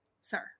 sir